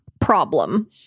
Problem